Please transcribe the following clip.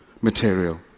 material